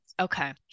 okay